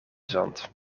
zand